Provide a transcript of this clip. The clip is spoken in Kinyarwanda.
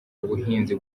ubuhinzi